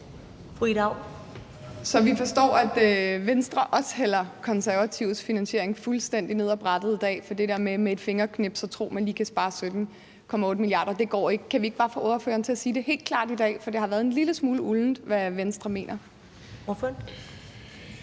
vi forstår, at Venstre også hælder Konservatives finansiering fuldstændig ned ad brættet i dag i forhold til det der med med et fingerknips at tro, at man lige kan spare 17,8 mia. kr., og at det ikke går. Kan vi ikke bare få ordføreren til at sige det helt klart i dag? For det har været en lille smule uldent, hvad Venstre mener.